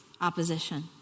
opposition